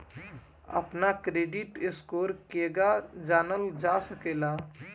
अपना credit score केगा जानल जा सकेला?